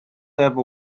have